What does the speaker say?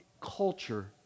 culture